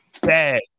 bad